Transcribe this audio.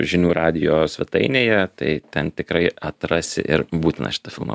žinių radijo svetainėje tai ten tikrai atrasi ir būtina šitą filmą